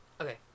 Okay